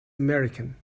american